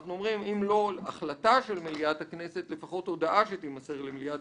אנחנו אומרים: אם לא החלטה של מליאת הכנסת לפחות הודעה שתימסר למליאת